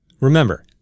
Remember